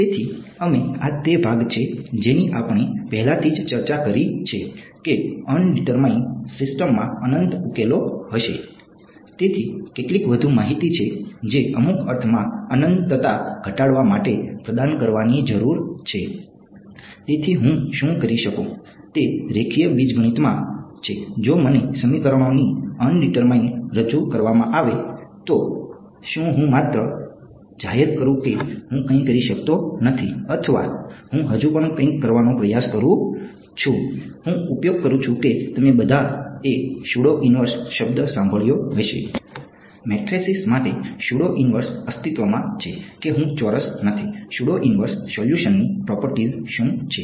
તેથી અમે આ તે ભાગ છે જેની આપણે પહેલાથી જ ચર્ચા કરી છે કે અનડીટરમાઈન શબ્દ સાંભળ્યો હશે મેટ્રિસીસ માટે સ્યુડો ઇન્વર્સ અસ્તિત્વમાં છે કે હું ચોરસ નથી સ્યુડો ઇન્વર્સ સોલ્યુશનની પ્રોપર્ટીસ શું છે